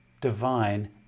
divine